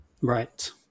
right